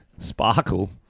Sparkle